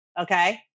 Okay